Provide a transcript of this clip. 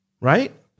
right